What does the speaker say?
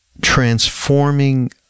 transforming